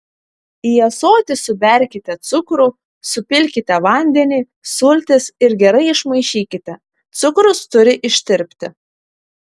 į ąsotį suberkite cukrų supilkite vandenį sultis ir gerai išmaišykite cukrus turi ištirpti